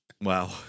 Wow